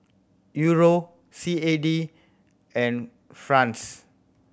Euro C A D and franc